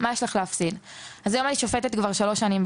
מה יש לך להפסיד?.״ אז היום אני שופטת כבר שלוש שנים,